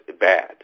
bad